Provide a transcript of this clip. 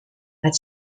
that